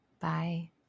Bye